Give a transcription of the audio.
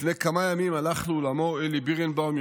לפני כמה ימים הלך לעולמו אלי בירנבאום,